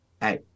Hey